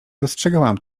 dostrzegałam